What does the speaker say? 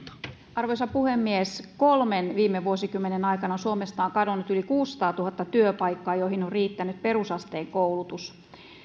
arvoisa puhemies kolmen viime vuosikymmenen aikana suomesta on kadonnut yli kuusisataatuhatta työpaikkaa joihin on riittänyt perusasteen koulutus